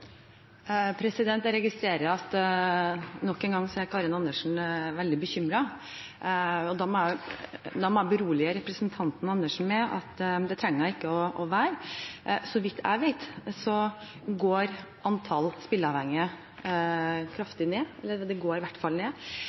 Jeg registrerer at nok en gang er Karin Andersen veldig bekymret, og da må jeg berolige representanten Andersen med at det trenger hun ikke å være. Så vidt jeg vet, går antall spilleavhengige kraftig ned – det går i hvert fall ned.